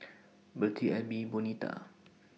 Birtie Elby Bonita